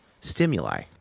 stimuli